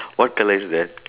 what colour is that